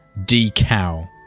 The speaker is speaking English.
decal